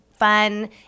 Fun